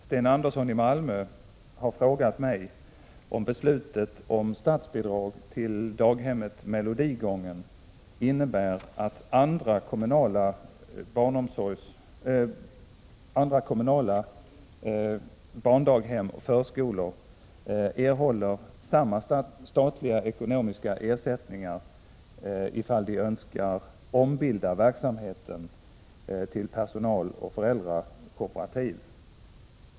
Sten Andersson i Malmö har frågat mig om beslutet om statsbidrag till daghemmet Melodigången innebär att andra kommunala barndaghem/förskolor erhåller samma statliga ekonomiska ersättningar ifall de önskar ombilda verksamheten till personaloch föräldrakooperativ.